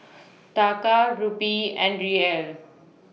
Taka Rupee and Riel